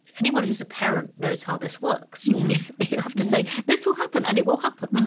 anyone who's a parent knows how this works you but you have to say this will happen, and it will happen.